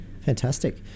fantastic